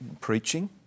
preaching